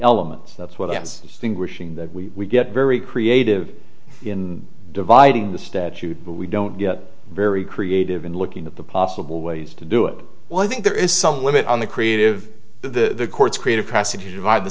element that's what i think wishing that we get very creative in dividing the statute but we don't get very creative in looking at the possible ways to do it well i think there is some limit on the creative the courts creative process to divide the